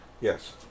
Yes